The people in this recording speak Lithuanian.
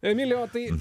emili o tai